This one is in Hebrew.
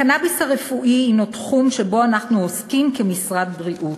הקנאביס הרפואי הנו תחום שבו אנחנו עוסקים כמשרד הבריאות.